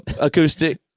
acoustic